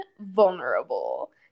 vulnerable